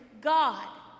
God